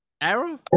Arrow